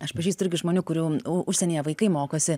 aš pažįstu irgi žmonių kurių užsienyje vaikai mokosi